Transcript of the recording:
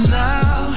now